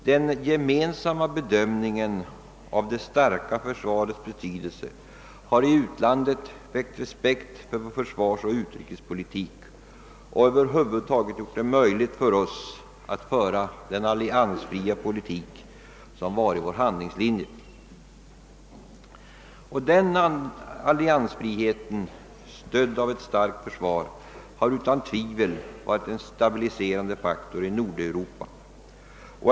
Denna gemensamma bedömning av det starka försvarets betydelse har i utlandet väckt respekt för vår försvarsoch utrikespolitik och över huvud taget gjort det möjligt för oss att föra den alliansfria politik som varit vår handlingslinje. Denna alliansfrihet, stödd av ett starkt försvar, har utan tvivel varit en stabiliserande faktor i Nordeuropa.